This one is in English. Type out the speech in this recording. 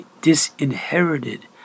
disinherited